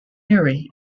murray